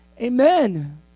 Amen